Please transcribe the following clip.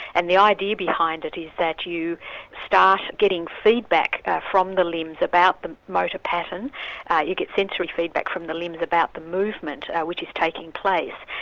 and the idea behind it is that you start getting feedback from the limbs about the motor pattern you get sensory feedback from the limbs about the movement which is taking place,